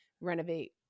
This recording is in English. renovate